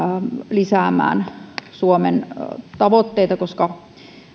lisäämään suomen tavoitteita koska